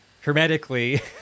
Hermetically